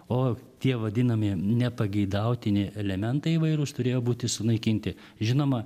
o tie vadinami nepageidautini elementai įvairūs turėjo būti sunaikinti žinoma